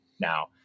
now